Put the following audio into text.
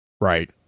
Right